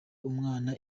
umwana